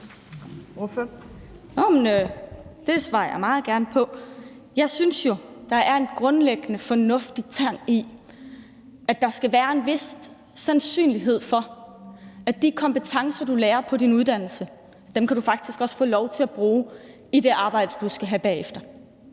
det svarer jeg meget gerne på. Jeg synes, at der er en grundlæggende fornuft i, at der skal være en vis sandsynlighed for, at de kompetencer, du lærer på din uddannelse, kan du faktisk også få lov til at bruge i det arbejde, du skal have bagefter.